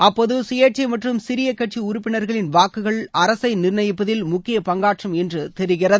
அப்போது கயேட்சை மற்றும் சிறிய கட்சி உறுப்பினர்களின் வாக்குகள் அரசை நிர்ணயிப்பதில் முக்கிய பங்காற்றும் என்று தெரிகிறது